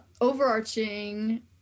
Overarching